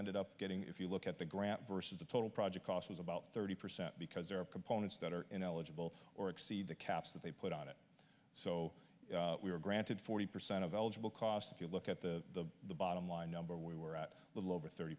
ended up getting if you look at the grant versus the total project cost was about thirty percent because there are components that are ineligible or exceed the caps that they put on it so we were granted forty percent of eligible cost if you look at the bottom line number we were at a little over thirty